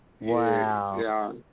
Wow